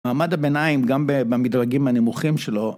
מעמד הביניים, גם ב-במדרגים הנמוכים שלו,